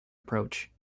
approach